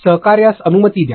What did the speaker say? सहकार्यास अनुमती द्या